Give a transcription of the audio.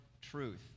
truth